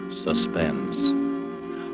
suspense